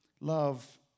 Love